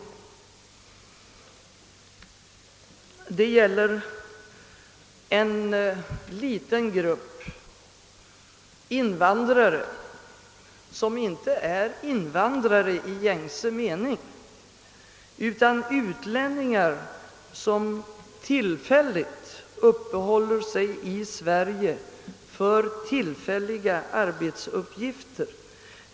Den reservationen gäller en liten grupp invandrare, som inte är invandrare i gängse mening utan utlänningar som tillfälligt uppehåller sig i Sverige för utförandet av vissa arbetsuppgifter.